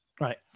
Right